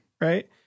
Right